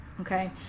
Okay